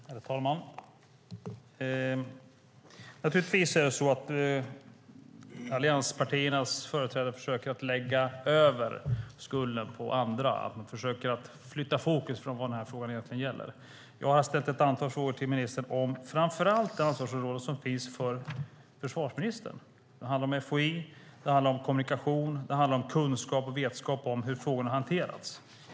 Herr talman! Naturligtvis är det så att allianspartiernas företrädare försöker lägga över skulden på andra. Man försöker flytta fokus från vad den här frågan egentligen gäller. Jag har ställt ett antal frågor till ministern om framför allt det ansvarsområde som finns för försvarsministern. Det handlar om FOI, det handlar om kommunikation och det handlar om kunskap och vetskap om hur frågorna har hanterats.